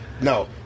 No